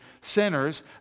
sinners